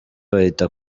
bahita